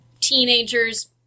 teenagers